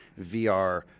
VR